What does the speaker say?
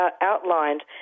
outlined